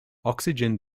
oxygen